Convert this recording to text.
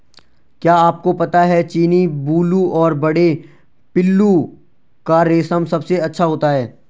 क्या आपको पता है चीनी, बूलू और बड़े पिल्लू का रेशम सबसे अच्छा होता है?